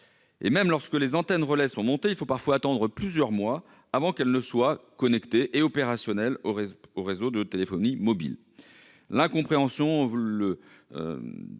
Même lorsque les antennes-relais sont montées, il faut parfois attendre plusieurs mois avant qu'elles ne soient connectées au réseau de téléphonie mobile. L'incompréhension